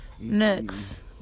Next